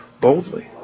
Boldly